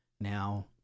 Now